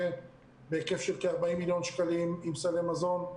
בהיקף של כ-40 מיליון שקלים עם סלי מזון.